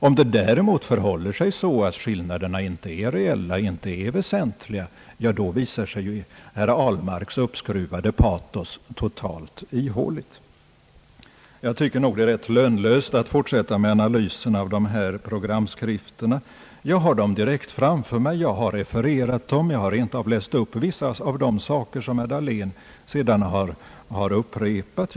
Om det däremot förhåller sig så att skillnaderna inte är väsentliga, visar sig herr Ahlmarks uppskruvade patos vara totalt ihåligt. Jag tycker att det är ganska lönlöst att fortsätta med analysen av dessa programskrifter. Jag har dem direkt framför mig, jag har refererat dem och jag har rent av läst upp vissa av de saker som herr Dahlén sedan har upprepat.